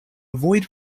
avoid